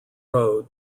road